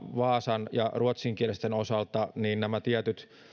vaasan ja ruotsinkielisten osalta nämä tietyt